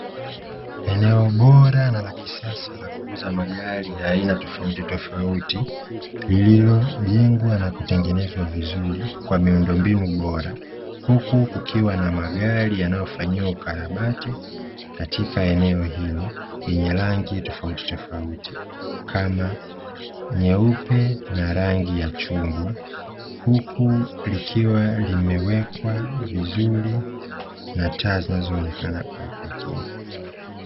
Eneo bora na la kisasa la kuuza magari ya aina tofauti tofauti, lililojengwa na kutengeneza vizuri kwa miundo mbinu bora, huku kikiwa na magari yanayofanyiwa ukarabati katika eneo hilo yenye rangi tofauti tofauti kama nyeupe na rangi ya chungwa, huku likiwa limewekwa vizuri na taa zinazoonekana kwa umakini.